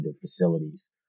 facilities